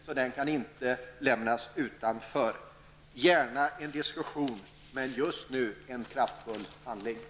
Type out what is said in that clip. Låt oss gärna föra diskussioner, men just nu krävs kraftfull handling.